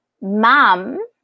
mom